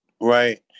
right